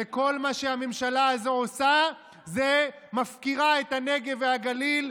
וכל מה שהממשלה הזו עושה זה מפקירה את הנגב והגליל,